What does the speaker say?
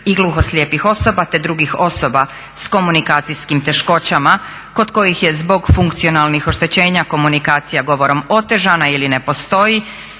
i gluhoslijepih osoba te drugih osoba s komunikacijskim teškoćama kod kojih je zbog funkcionalnih oštećenja komunikacija govorom otežana ili ne postoji